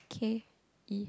K_E